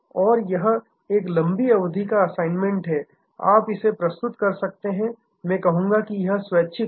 और यह एक लंबी अवधि का असाइनमेंट है आप इसे प्रस्तुत कर सकते हैं मैं कहूंगा कि यह स्वैच्छिक है